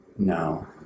No